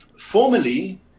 Formally